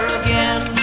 again